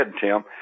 Tim